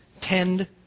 tend